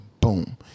Boom